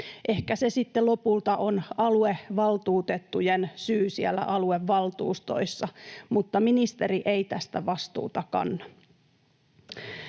Ehkä se sitten lopulta on aluevaltuutettujen syy siellä aluevaltuustoissa, mutta ministeri ei tästä vastuuta kanna.